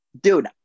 Dude